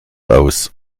aus